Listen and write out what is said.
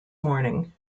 morning